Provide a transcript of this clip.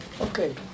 Okay